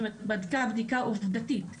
כלומר בדקה בדיקה עובדתית,